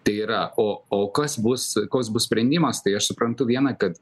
tai yra o o kas bus koks bus sprendimas tai aš suprantu viena kad